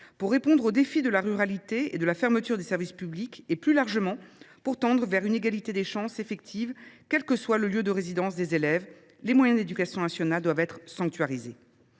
pour répondre au défi de la ruralité et de la fermeture des services publics et, plus largement, pour tendre vers une égalité des chances effective quel que soit le lieu de résidence des élèves, les moyens de l’éducation nationale doivent être sanctuarisés.